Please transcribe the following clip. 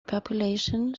population